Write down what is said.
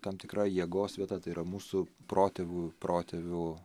tam tikra jėgos vieta tai yra mūsų protėvių protėvių